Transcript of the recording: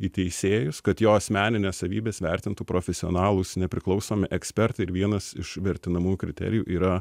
į teisėjus kad jo asmenines savybes vertintų profesionalūs nepriklausomi ekspertai ir vienas iš vertinamųjų kriterijų yra